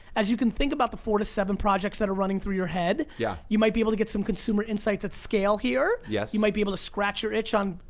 as you can think about the four to seven projects that are running through your head. yeah you might be able to get some consumer insight at scale here. yeah you might be able to scratch your itch on,